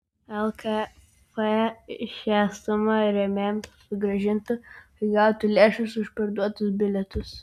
lkf šią sumą rėmėjams sugrąžintų kai gautų lėšas už parduotus bilietus